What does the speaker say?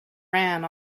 ran